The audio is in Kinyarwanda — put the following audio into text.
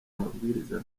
amabwiriza